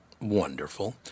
Wonderful